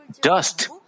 dust